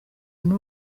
kuri